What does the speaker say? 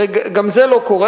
הרי גם זה לא קורה,